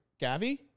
Gavi